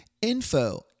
info